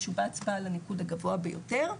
ישובץ בעל הניקוד הגבוה ביותר.